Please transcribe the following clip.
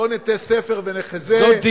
בוא, ניתי ספר ונחזה.